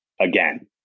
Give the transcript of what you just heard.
again